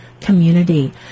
community